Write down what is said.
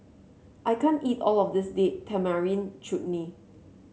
I can't eat all of this Date Tamarind Chutney